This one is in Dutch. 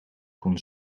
kon